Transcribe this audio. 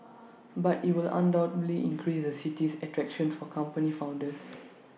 but IT will undoubtedly increase the city's attraction for company founders